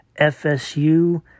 FSU